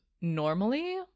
normally